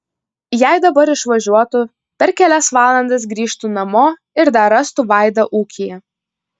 jei dabar išvažiuotų per kelias valandas grįžtų namo ir dar rastų vaidą ūkyje